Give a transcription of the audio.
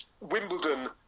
Wimbledon